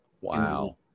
Wow